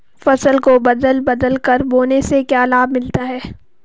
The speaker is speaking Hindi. फसल को बदल बदल कर बोने से क्या लाभ मिलता है?